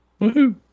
Woohoo